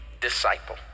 disciple